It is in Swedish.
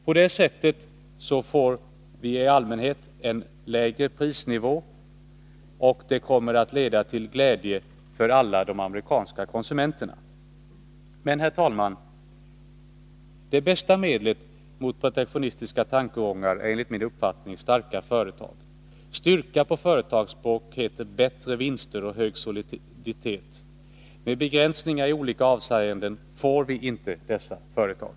På det sättet får vi i allmänhet en lägre prisnivå, till glädje för alla de amerikanska konsumenterna. Men, herr talman, det bästa medlet mot protektionistiska tankegångar är enligt min uppfattning starka företag. Styrka heter på företagsspråk bättre vinster och högre soliditet. Med begränsningar i olika avseenden får vi inte dessa företag.